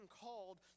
called